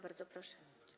Bardzo proszę.